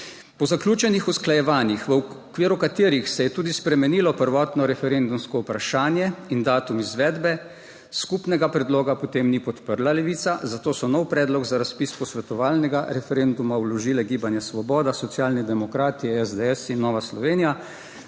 Po zaključenih usklajevanjih v okviru katerih se je tudi spremenilo prvotno referendumsko vprašanje in datum izvedbe skupnega predloga potem ni podprla Levica, zato so nov predlog za razpis posvetovalnega referenduma vložile Gibanje Svoboda, Socialni demokrati SDS in Nova Slovenija,